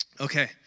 Okay